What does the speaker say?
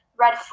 red